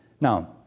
Now